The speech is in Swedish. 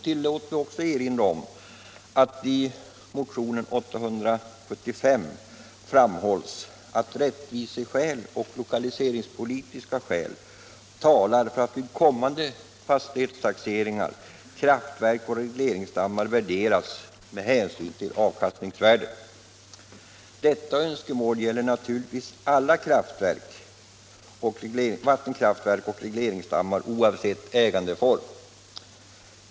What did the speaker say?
Tillåt mig också erinra om att i motionen, 875 framhålls att rättviseskäl och lokaliseringspolitiska skäl talar för att vid kommande fastighetstaxeringar kraftverk och regleringsdammar värderas med hänsyn till avkastningsvärdet. Detta önskemål gäller naturligtvis alla vattenkraftverk och regleringsdammar oavsett ägandeform.